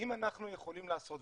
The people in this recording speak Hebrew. אם אנחנו יכולים לעשות,